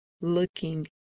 looking